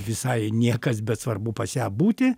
visai niekas bet svarbu pas ją būti